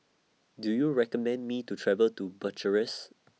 Do YOU recommend Me to travel to Bucharest